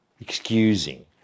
excusing